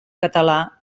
català